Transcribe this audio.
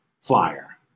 flyer